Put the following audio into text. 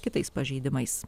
kitais pažeidimais